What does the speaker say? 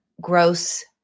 gross